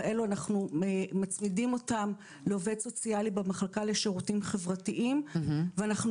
אנחנו מצמידים אותם לעובד סוציאלי במחלקה לשירותים חברתיים ואנחנו